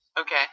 Okay